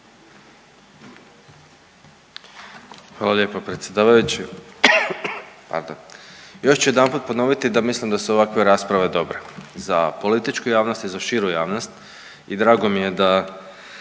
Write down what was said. Hvala lijepa predsjedavajući. Još ću jedanput ponoviti da mislim da su ovakve rasprave dobre za političku javnost i za širu javnost i drago mi je da